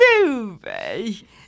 movie